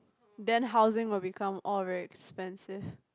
then housing will become arise expensive